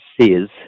says